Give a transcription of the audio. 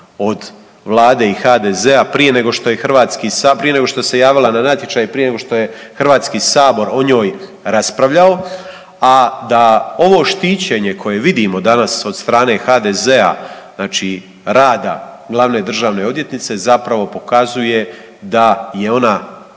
od Vlade i HDZ-a, prije nego što se javila na natječaj, prije nego što je HS o njoj raspravljao, a da ovo štićenje koje vidimo danas od strane HDZ-a, znači rada glavne državne odvjetnice zapravo pokazuje da je ona